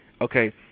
okay